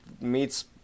meets